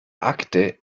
akte